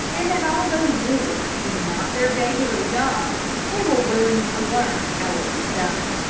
and that although war was not their regular job they were willing to learn how it was done.